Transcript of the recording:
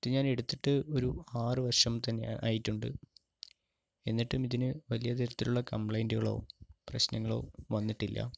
ഇത് ഞാൻ എടുത്തിട്ട് ഒരു ആറു വർഷം തന്നെ ആയിട്ടുണ്ട് എന്നിട്ടും ഇതിനു വലിയ തരത്തിലുള്ള കംപ്ലയിൻ്റുകളോ പ്രശ്നങ്ങളോ വന്നിട്ടില്ല